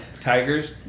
Tigers